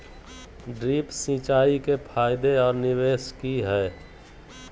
Drip सिंचाई के फायदे और निवेस कि हैय?